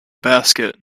basket